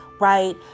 right